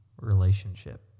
relationship